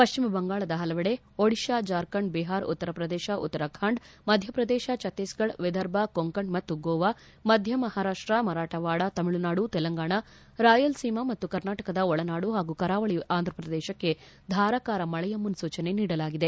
ಪಶ್ಚಿಮ ಬಂಗಾಳದ ಹಲವೆಡೆ ಒಡಿಷಾ ಜಾರ್ಖಾಂಡ್ ಬಿಹಾರ್ ಉತ್ತರಪ್ರದೇಶ ಉತ್ತರಾಖಂಡ್ ಮಧ್ಯಪ್ರದೇಶ ಛತ್ತೀಸ್ಫಡ್ ವಿದರ್ಭ ಕೊಂಕಣ್ ಮತ್ತು ಗೋವಾ ಮಧ್ಯ ಮಹಾರಾಷ್ಟ ಮರಾಠವಾಡಾ ತಮಿಳುನಾಡು ತೆಲಂಗಾಣ ರಾಯಲ್ಸೀಮಾ ಮತ್ತು ಕರ್ನಾಟಕದ ಒಳನಾಡು ಹಾಗೂ ಕರಾವಳಿ ಆಂಧ್ರಪ್ರದೇಶಕ್ಕೆ ಧಾರಕಾರ ಮಳೆಯ ಮುನ್ನೂಚನೆ ನೀಡಲಾಗಿದೆ